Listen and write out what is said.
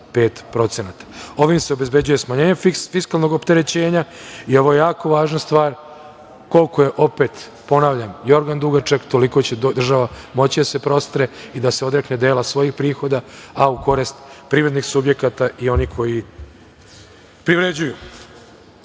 25%. Ovim se obezbeđuje smanjenje fiskalnog opterećenja i ovo je jako važna stvar. Koliko je, ponavljam, jorgan dugačak toliko će država moći da se prostre i da se odrekne dela svojih prihoda, a u korist privrednih subjekata i onih koji privređuju. Sledeći